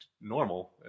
normal